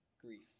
grief